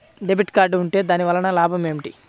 Debit card ఉంటే దాని వలన లాభం ఏమిటీ?